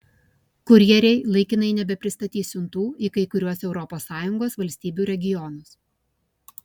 kurjeriai laikinai nebepristatys siuntų į kai kuriuos europos sąjungos valstybių regionus